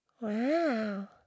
Wow